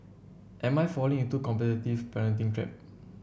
am I falling into the competitive parenting trap